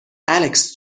alex